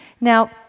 Now